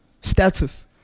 status